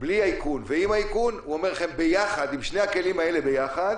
בלי האיכון ועם האיכון: הוא אומר שעם שני הכלים האלה יחד